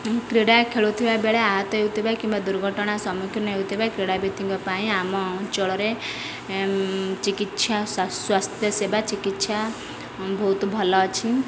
କ୍ରୀଡ଼ା ଖେଳୁଥିବା ବେଳେ ଆହତ ହେଉଥିବା କିମ୍ବା ଦୁର୍ଘଟଣା ସମ୍ମୁଖୀନ ହେଉଥିବା କ୍ରୀଡ଼ାବିତ୍ତଙ୍କ ପାଇଁ ଆମ ଅଞ୍ଚଳରେ ଚିକିତ୍ସା ସ୍ୱାସ୍ଥ୍ୟ ସେବା ଚିକିତ୍ସା ବହୁତ ଭଲ ଅଛି